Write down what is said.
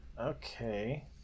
Okay